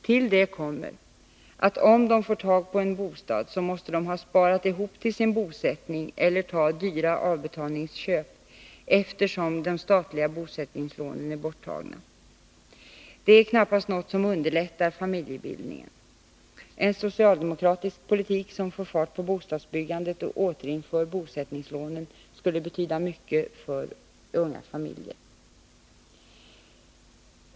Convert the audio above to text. Till detta kommer, att om de får tag på en bostad, så måste de ha sparat ihop till sin bosättning eller ta dyra avbetalningsköp, eftersom de statliga bosättningslånen är borttagna. Det är knappast något som underlättar familjebildningen. En socialdemokratisk politik som får fart på bostadsbyggandet och återinför bosättningslånen skulle betyda mycket för unga familjer.